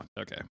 okay